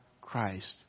Christ